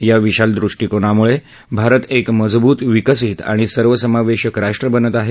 या विशाल दृष्टीकोनामुळे भारत एक मजबूत विकसित आणि सर्वसमावेशक राष्ट्र बनत आहे